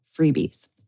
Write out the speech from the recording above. freebies